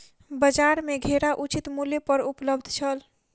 बजार में घेरा उचित मूल्य पर उपलब्ध छल